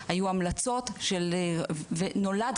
היו המלצות,